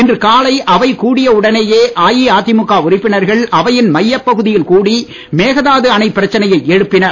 இன்று காலை அவை கூடிய உடனேயே அஇஅதிமுக உறுப்பினர்கள் அவையின் மையப் பகுதியில் கூடி மேகதாது அணைப் பிரச்சனையை எழுப்பினர்